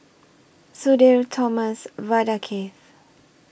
Sudhir Thomas Vadaketh